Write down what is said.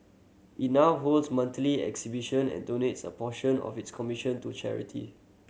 it now holds monthly exhibition and donates a portion of its commission to charity